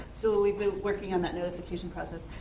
so we've been working on that notification process.